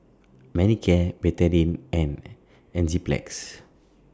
Manicare Betadine and Enzyplex